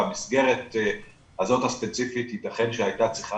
במסגרת הזאת הספציפית ייתכן שהייתה צריכה